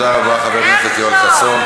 תודה רבה, חבר הכנסת יואל חסון.